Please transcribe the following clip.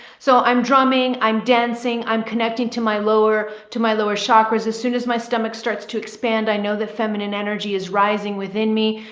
so i'm drumming, i'm dancing. i'm connecting to my lower to my lower chakras. as soon as my stomach starts to expand, i know that feminine energy is rising within me.